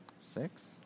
six